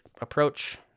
approach